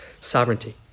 sovereignty